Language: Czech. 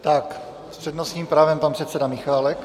S přednostním právem pan předseda Michálek.